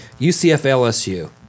UCF-LSU